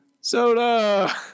Soda